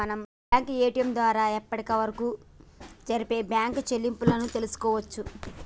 మనం bank ATM ద్వారా అప్పటివరకు జరిపిన బ్యేంకు చెల్లింపులను తెల్సుకోవచ్చు